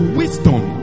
wisdom